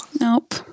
Nope